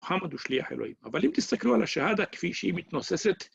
מוחמד הוא שליח אלוהים. אבל אם תסתכלו על השהדה כפי שהיא מתנוססת...